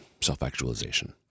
self-actualization